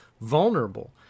vulnerable